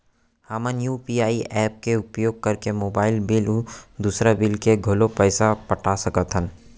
हमन UPI app के उपयोग करके मोबाइल बिल अऊ दुसर बिल के घलो पैसा पटा सकत हन